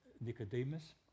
Nicodemus